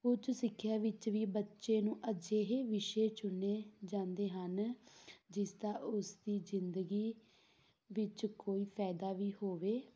ਉੱਚ ਸਿੱਖਿਆ ਵਿੱਚ ਵੀ ਬੱਚੇ ਨੂੰ ਅਜਿਹੇ ਵਿਸ਼ੇ ਚੁਣੇ ਜਾਂਦੇ ਹਨ ਜਿਸ ਦਾ ਉਸਦੀ ਜ਼ਿੰਦਗੀ ਵਿੱਚ ਕੋਈ ਫਾਇਦਾ ਵੀ ਹੋਵੇ